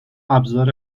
ابزار